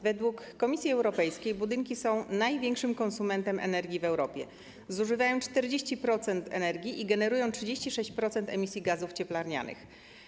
Według Komisji Europejskiej budynki są największym konsumentem energii w Europie, zużywają 40% energii i generują 36% emisji gazów cieplarnianych.